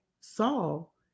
Saul